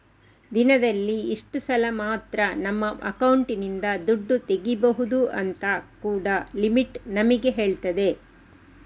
ದಿನದಲ್ಲಿ ಇಷ್ಟು ಸಲ ಮಾತ್ರ ನಮ್ಮ ಅಕೌಂಟಿನಿಂದ ದುಡ್ಡು ತೆಗೀಬಹುದು ಅಂತ ಕೂಡಾ ಲಿಮಿಟ್ ನಮಿಗೆ ಹೇಳ್ತದೆ